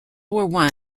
war